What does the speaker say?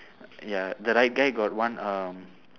ya the right guy got one uh